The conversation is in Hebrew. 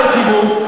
לציבור.